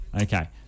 Okay